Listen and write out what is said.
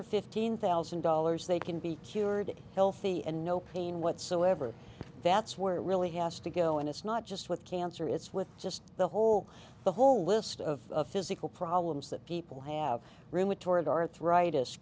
or fifteen thousand dollars they can be cured healthy and no pain whatsoever that's where it really has to go and it's not just with cancer it's with just the whole the whole list of physical problems that people have rheumatoid arthritis